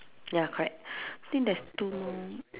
ya correct think there's two more